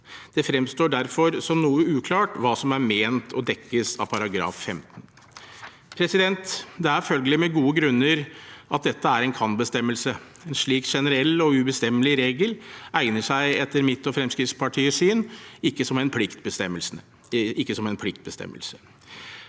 Det fremstår derfor som noe uklart hva som er ment å dekkes av § 15. Det er følgelig med gode grunner at dette er en «kan»-bestemmelse. En slik generell og ubestemmelig regel egner seg etter mitt og Fremskrittspartiets syn ikke som en pliktbestemmelse.